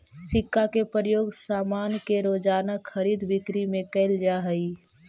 सिक्का के प्रयोग सामान के रोज़ाना खरीद बिक्री में कैल जा हई